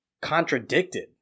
contradicted